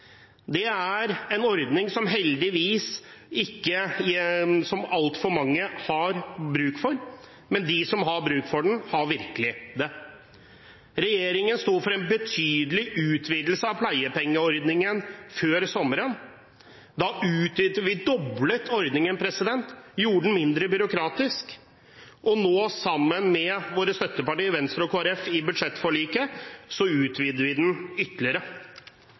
Det er en ordning som heldigvis ikke altfor mange har bruk for, men de som har bruk for den, har virkelig bruk for den. Regjeringen sto for en betydelig utvidelse av pleiepengeordningen før sommeren. Da doblet vi ordningen og gjorde den mindre byråkratisk. Nå, sammen med våre støttepartier Venstre og Kristelig Folkeparti i budsjettforliket, utvider vi den ytterligere.